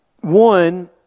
One